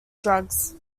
drugs